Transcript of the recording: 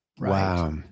Wow